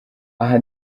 aha